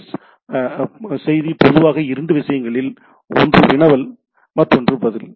S செய்தி பொதுவாக இரண்டு விஷயங்களில் ஒன்று வினவல் மற்றொன்று பதில்